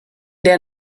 der